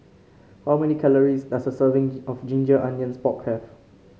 how many calories does a serving of Ginger Onions Pork have